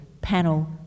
panel